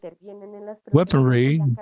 weaponry